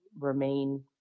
remain